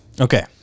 Okay